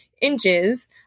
inches